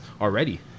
already